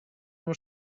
uno